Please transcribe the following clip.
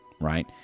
right